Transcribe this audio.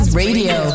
radio